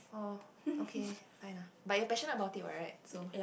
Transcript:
oh okay fine ah but you're passionte about it [right] so